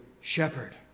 shepherd